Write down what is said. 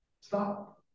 Stop